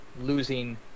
losing